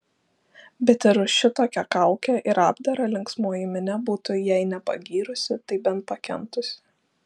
bet ir už šitokią kaukę ir apdarą linksmoji minia būtų jei ne pagyrusi tai bent pakentusi